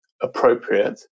appropriate